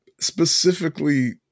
specifically